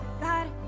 God